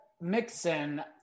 Mixon